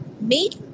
made